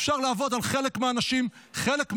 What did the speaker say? אפשר לעבוד על חלק מהאנשים חלק מהזמן,